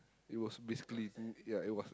it was basically uh ya it was